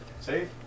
Safe